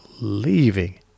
leaving